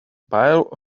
pile